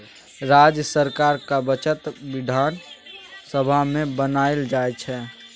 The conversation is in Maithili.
राज्य सरकारक बजट बिधान सभा मे बनाएल जाइ छै